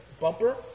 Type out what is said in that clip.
bumper